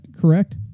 correct